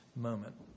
moment